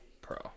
pro